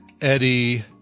Eddie